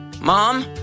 Mom